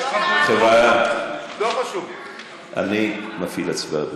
חבריא, אני מפעיל הצבעה.